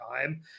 time